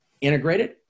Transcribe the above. integrated